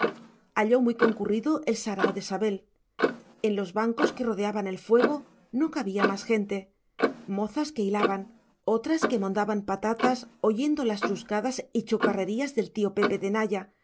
halló muy concurrido el sarao de sabel en los bancos que rodeaban el fuego no cabía más gente mozas que hilaban otras que mondaban patatas oyendo las chuscadas y chocarrerías del tío pepe de naya